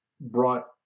brought